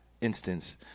instance